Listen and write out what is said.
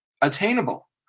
attainable